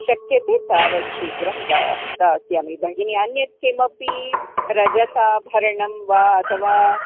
शक्यते तावत् शीघ्रं दा दास्यामि भगिनि अन्यत् किमपि रजताभरणं वा अथवा